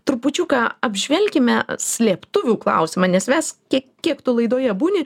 trupučiuką apžvelkime slėptuvių klausimą nes mes kiek kiek tu laidoje būni